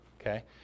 Okay